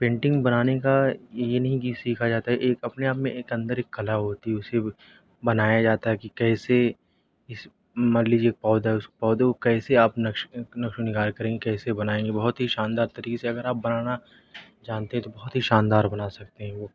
painting بنانے کا یہ نہیں کہ سیکھا جاتا ہے ایک اپنے آپ میں ایک اندر ایک کلا ہوتی ہے اسی ہی بنایا جاتا ہے کہ کیسے اس مان لیجیے ایک پودہ ہے اس پودے کو کیسے آپ نقش نقش و نگار کریں گے کیسے بنائیں گے بہت ہی شاندار طریقے سے اگر آپ بنانا جانتے ہیں تو بہت ہی شاندار بنا سکتے ہیں وہ